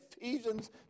Ephesians